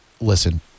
Listen